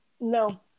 No